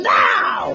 now